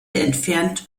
entfernt